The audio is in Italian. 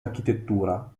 architettura